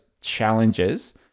challenges